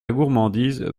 gourmandise